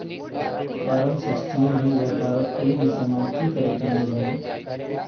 Form sixteen ई व्यापारोत कोई भी सामान की करे किनले जाबे?